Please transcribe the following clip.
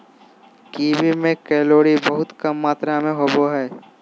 kiwi में calorie बहुत कम मात्र में होबो हइ